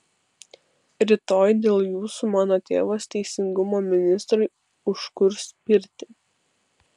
rytoj dėl jūsų mano tėvas teisingumo ministrui užkurs pirtį